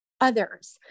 others